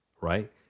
right